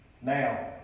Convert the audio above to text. Now